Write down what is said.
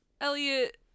Elliot